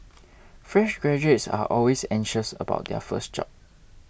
fresh graduates are always anxious about their first job